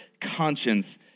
conscience